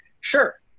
sure